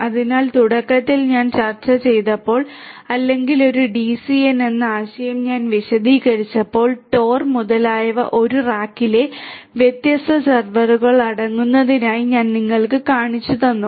അതിനാൽ തുടക്കത്തിൽ ഞാൻ ചർച്ച ചെയ്തപ്പോൾ അല്ലെങ്കിൽ ഒരു ഡിസിഎൻ എന്ന ആശയം ഞാൻ വിശദീകരിച്ചപ്പോൾ TOR മുതലായ ഒരു റാക്കിലെ വ്യത്യസ്ത സെർവറുകൾ അടങ്ങുന്നതായി ഞാൻ നിങ്ങൾക്ക് കാണിച്ചുതന്നു